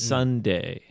Sunday